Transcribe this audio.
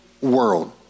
world